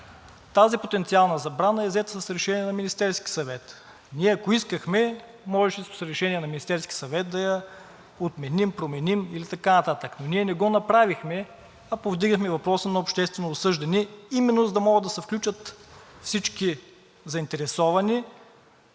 Тази потенциална забрана е взета с решение на Министерския съвет. Ние, ако искахме, можеше с решение на Министерския съвет да я отменим, променим и така нататък, но ние не го направихме, а повдигнахме въпроса на обществено обсъждане именно за да могат да се включат всички заинтересовани,